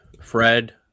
fred